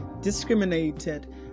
discriminated